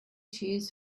cheers